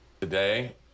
Today